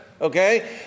okay